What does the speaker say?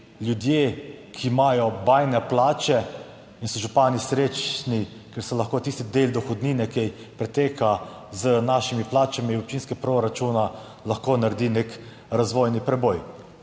ljudje, ki imajo bajne plače in so župani srečni, ker se lahko tisti del dohodnine, ki preteka z našimi plačami v občinski proračun lahko naredi nek razvojni preboj.